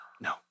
No